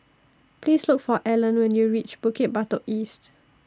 Please Look For Allan when YOU REACH Bukit Batok East